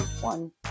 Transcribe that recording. one